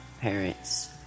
parents